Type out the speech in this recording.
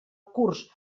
curs